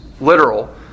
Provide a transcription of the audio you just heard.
literal